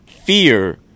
fear